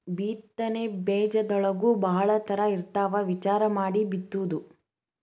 ಬಿತ್ತನೆ ಬೇಜದೊಳಗೂ ಭಾಳ ತರಾ ಇರ್ತಾವ ವಿಚಾರಾ ಮಾಡಿ ಬಿತ್ತುದು